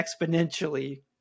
exponentially